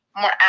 more